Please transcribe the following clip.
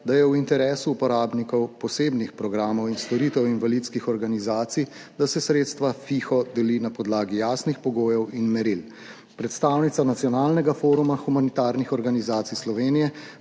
da je v interesu uporabnikov posebnih programov in storitev invalidskih organizacij, da se sredstva FIHO deli na podlagi jasnih pogojev in meril. Predstavnica Nacionalnega foruma humanitarnih organizacij Slovenije